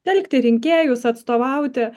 telkti rinkėjus atstovauti